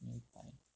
五百